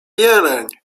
jeleń